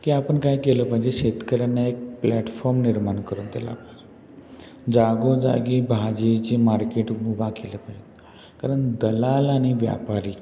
की आपण काय केलं पाहिजे शेतकऱ्यांना एक प्लॅटफॉर्म निर्माण करून दिला पाहिजे जागोजागी भाजीची मार्केट उभा केली पाहिजे कारण दलाल आणि व्यापारी